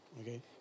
Okay